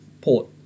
Port